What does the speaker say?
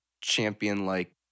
champion-like